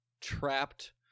trapped